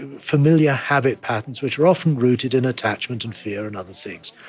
familiar habit patterns, which are often rooted in attachment and fear and other things.